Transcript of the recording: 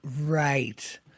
Right